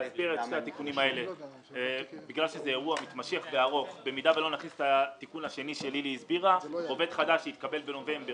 בגלל הבקשה להרחיב את התקופה בעוד ארבעה חודשים,